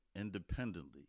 independently